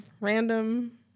random